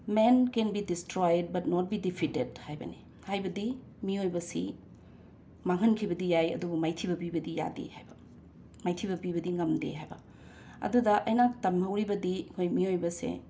main can be destroyed but not be defeated ꯍꯥꯏꯕꯅꯤ ꯍꯥꯏꯕꯗꯤ ꯃꯤꯌꯣꯏꯕꯁꯤ ꯃꯥꯡꯍꯟꯈꯤꯕꯗꯤ ꯌꯥꯏ ꯑꯗꯨꯕꯨ ꯃꯥꯏꯊꯤꯕ ꯄꯤꯕꯗꯤ ꯌꯥꯗꯦ ꯍꯥꯏꯕ ꯃꯥꯏꯊꯤꯕ ꯄꯤꯕꯗꯤ ꯉꯝꯗꯦ ꯍꯥꯏꯕ ꯑꯗꯨꯗ ꯑꯩꯅ ꯇꯝꯍꯧꯔꯤꯕꯗꯤ ꯑꯩꯈꯣꯏ ꯃꯤꯌꯣꯏꯕꯁꯦ